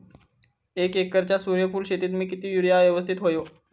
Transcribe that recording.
एक एकरच्या सूर्यफुल शेतीत मी किती युरिया यवस्तित व्हयो?